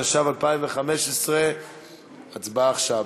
התשע"ו 2015. הצבעה עכשיו,